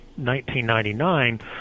1999